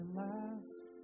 last